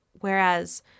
Whereas